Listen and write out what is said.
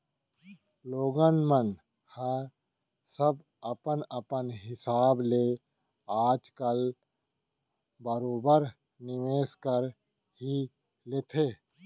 लोगन मन ह सब अपन अपन हिसाब ले आज काल बरोबर निवेस कर ही लेथे